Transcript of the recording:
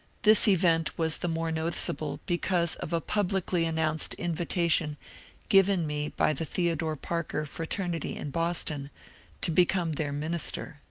this event was the more noticeable because of a publicly announced invitation given me by the theodore parker fraternity in boston to become their minia ter.